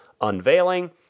unveiling